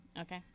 Okay